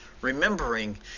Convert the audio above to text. Remembering